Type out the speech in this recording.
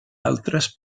altres